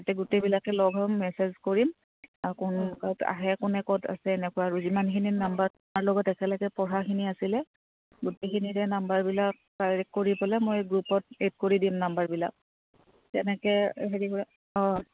তাতে গোটেইবিলাকে লগ হ'ম মেছেজ কৰিম আৰু কোন ক'ত আহে কোনে ক'ত আছে এনেকুৱা আৰু যিমানখিনি নাম্বাৰ তাৰ লগত একেলগে পঢ়াখিনি আছিলে গোটেইখিনিৰে নাম্বাৰবিলাক কালেক্ট কৰি পেলাই মই গ্ৰুপত এড কৰি দিম নাম্বাৰবিলাক তেনেকে হেৰি অঁ